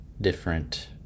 different